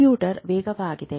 computer ವೇಗವಾಗಿದೆ